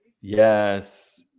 yes